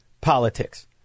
politics